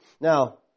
Now